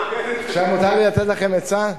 עכשיו מותר לי לתת לכם עצה?